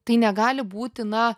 tai negali būti na